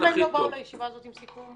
למה הם לא באו לישיבה הזאת עם סיכום?